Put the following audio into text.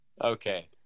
Okay